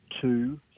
two